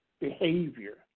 behavior